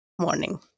morning